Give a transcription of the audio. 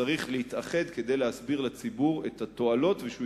צריך להתאחד כדי להסביר לציבור את התועלות ושהוא